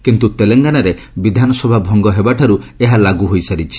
କିନ୍ତୁ ତେଲଙ୍ଗାନାରେ ବିଧାନସଭା ଭଙ୍ଗ ହେବାଠାରୁ ଏହା ଲାଗୁ ହୋଇସାରିଛି